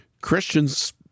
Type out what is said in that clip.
Christians